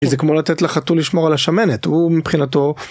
זה כמו לתת לחתול לשמור על השמנת. הוא מבחינתו.